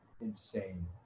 insane